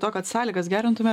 to kad sąlygas gerintume